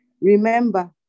Remember